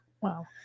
Wow